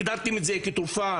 הגדרתם את זה כתרופה,